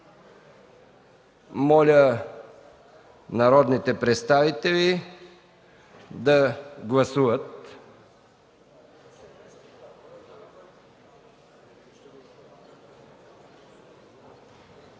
Моля народните представители да гласуват.